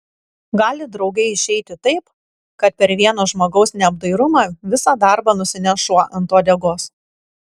gali draugai išeiti taip kad per vieno žmogaus neapdairumą visą darbą nusineš šuo ant uodegos